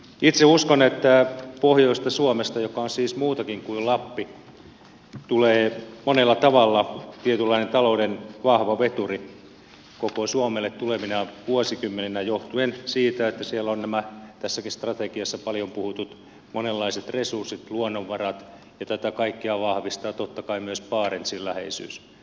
itse uskon että pohjoisesta suomesta joka on siis muutakin kuin lappi tulee monella tavalla tietynlainen talouden vahva veturi koko suomelle tulevina vuosikymmeninä johtuen siitä että siellä ovat nämä tässäkin strategiassa paljon puhutut monenlaiset resurssit luonnonvarat ja tätä kaikkea vahvistaa totta kai myös barentsin läheisyys